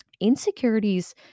insecurities